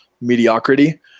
mediocrity